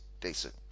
decent